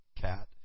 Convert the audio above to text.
cat